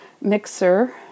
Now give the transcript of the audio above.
mixer